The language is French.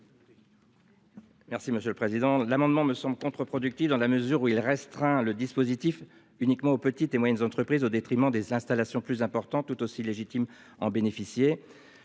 Merci Monsieur le Président l'amendement me semble contre-productif dans la mesure où il restreint le dispositif uniquement aux petites et moyennes entreprises au détriment des installations plus important tout aussi légitime en bénéficier.